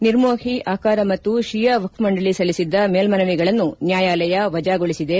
ನಿರ್ಮೋಹಿ ಆಕಾರ ಮತ್ತು ಶಿಯಾ ವಕ್ಪ್ ಮಂಡಳಿ ಸಲ್ಲಿಸಿದ್ದ ಮೇಲ್ಡನವಿಗಳನ್ನು ನ್ಯಾಯಾಲಯ ವಜಾಗೊಳಿಸಿದೆ